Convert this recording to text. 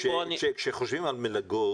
ופה אני --- כשחושבים על מלגות,